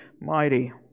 mighty